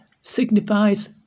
signifies